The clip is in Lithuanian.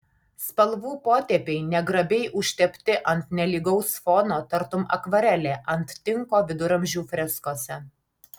spalvų potėpiai negrabiai užtepti ant nelygaus fono tartum akvarelė ant tinko viduramžių freskose